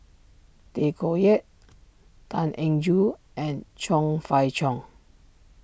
Tay Koh Yat Tan Eng Joo and Chong Fah Cheong